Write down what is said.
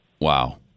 Wow